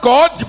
God